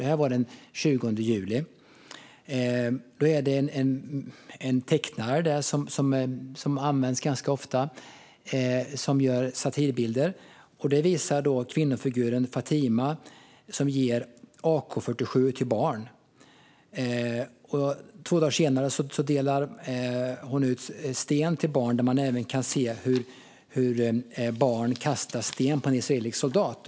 Där visades bilder på kvinnofiguren Fatima - satirbilderna görs av en tecknare som används ganska ofta - som ger AK47:or till barn. Två dagar senare delade hon ut sten till barn. Man kan där också se hur barn kastar sten på en israelisk soldat.